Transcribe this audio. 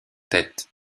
têtes